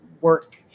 work